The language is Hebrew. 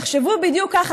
תחשבו בדיוק ככה,